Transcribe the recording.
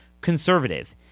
conservative